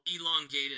elongated